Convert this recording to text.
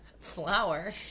flower